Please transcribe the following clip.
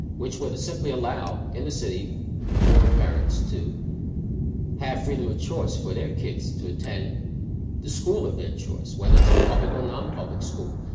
which will simply allow in the city poor parents to have freedom of choice for their kids to attend the school of their choice. whether it's a public or non-public school,